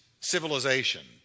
civilization